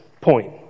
point